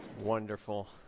Wonderful